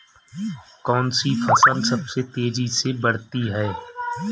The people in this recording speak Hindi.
कौनसी फसल सबसे तेज़ी से बढ़ती है?